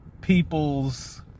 people's